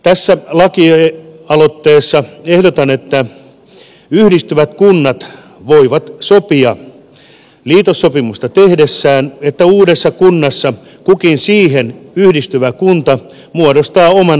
tässä lakialoitteessa ehdotan että yhdistyvät kunnat voivat sopia liitossopimusta tehdessään että uudessa kunnassa kukin siihen yhdistyvä kunta muodostaa oman vaalipiirinsä